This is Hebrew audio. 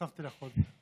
הוספתי לך עוד 30 שניות.